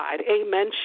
amen